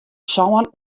sân